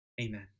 Amen